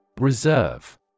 Reserve